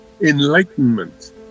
enlightenment